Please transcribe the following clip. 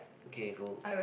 okay who